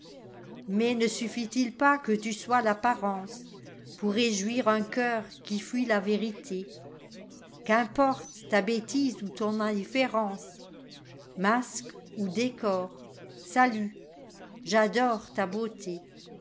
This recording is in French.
mais ne suffit-il pas que tu sois l'apparence pour réjouir un cœur qui fuit la vérité qu'importe ta bêtise ou ton indifférence masque ou décor saluî j'adore ta beauté